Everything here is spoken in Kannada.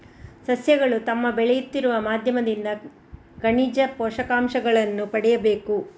ಸಸ್ಯಗಳು ತಮ್ಮ ಬೆಳೆಯುತ್ತಿರುವ ಮಾಧ್ಯಮದಿಂದ ಖನಿಜ ಪೋಷಕಾಂಶಗಳನ್ನು ಪಡೆಯಬೇಕು